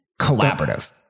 collaborative